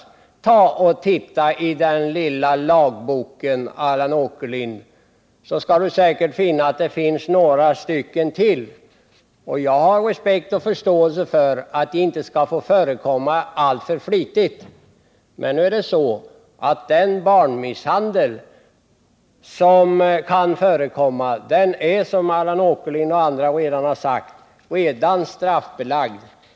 Men ta och titta i den lilla lagboken, Allan Åkerlind! Där finns nämligen ytterligare några sådana här bestämmelser. Jag har visserligen respekt och förståelse för åsikten att de inte skall få förekomma alltför flitigt, men det är ju så som Allan Åkerlind och andra redan har varit inne på, nämligen att barnmisshandel redan är straffbelagd.